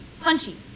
punchy